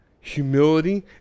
Humility